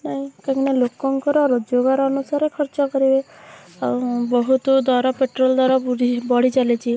ନାଇ କାଇଁକିନା ଲୋକଙ୍କର ରୋଜଗାର ଅନୁସାରେ ଖର୍ଚ୍ଚ କରିବେ ଆଉ ବହୁତ ଦର ପେଟ୍ରୋଲ୍ ଦର ବୃଦ୍ଧି ବଢ଼ିଚାଲିଛି